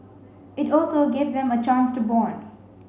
it also gave them a chance to bond